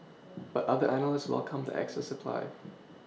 but other analysts welcomed the excess supply